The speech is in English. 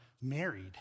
married